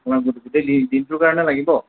আপোনাক গোটেই দিন দিনটোৰ কাৰণে লাগিব